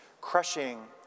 crushing